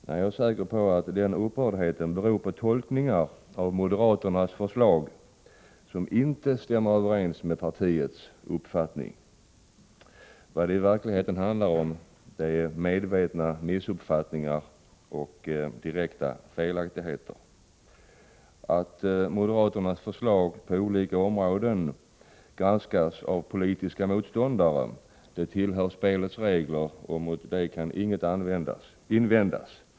Nej, jag är säker på att den upprördheten beror på tolkningar av moderaternas förslag, som inte stämmer överens med partiets uppfattning. Vad det i verkligheten handlar om är medvetna missuppfattningar och direkta felaktigheter. Att moderaternas förslag på olika områden granskas av politiska motståndare tillhör spelets regler och mot det kan inget invändas.